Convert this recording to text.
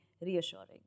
reassuring